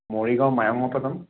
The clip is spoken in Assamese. মৰিগাঁও মায়ঙৰ পৰা যাম